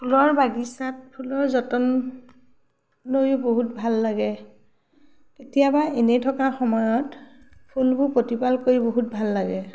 ফুলৰ বাগিচাত ফুলৰ যতনলৈও বহুত ভাল লাগে কেতিয়াবা এনেই থকা সময়ত ফুলবোৰ প্ৰতিপাল কৰি বহুত ভাল লাগে